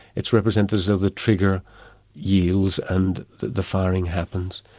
it's represented as though the trigger yields and the firing happens,